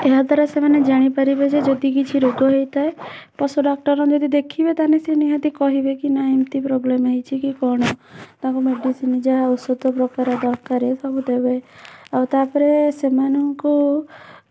ଏହାଦ୍ୱାରା ସେମାନେ ଜାଣିପାରିବେ ଯେ ଯଦି କିଛି ରୋଗ ହେଇଥାଏ ପଶୁ ଡ଼ାକ୍ତର ଯଦି ଦେଖିବେ ତାହେଲେ ସିଏ ନିହାତି କହିବେ କି ନା ଏମିତି ପ୍ରୋବ୍ଲେମ୍ ହେଇଛି କି କଣ ତାଙ୍କୁ ମେଡ଼ିସିନ୍ ଯାହା ଔଷଧ ପ୍ରକାର ଦରକାରେ ସବୁ ଦେବେ ଆଉ ତା'ପରେ ସେମାନଙ୍କୁ